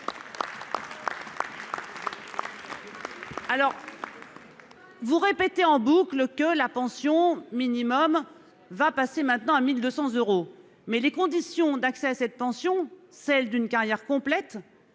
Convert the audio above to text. Vous répétez en boucle que la pension minimum va passer maintenant à 1200 euros. Mais les conditions d'accès à cette pension, celle d'une carrière complète